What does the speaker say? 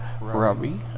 Robbie